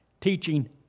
teaching